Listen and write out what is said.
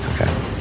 Okay